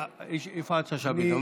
יפעת שאשא ביטון.